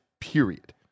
period